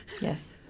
Yes